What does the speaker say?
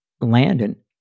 Landon